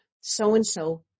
so-and-so